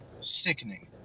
sickening